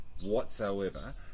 whatsoever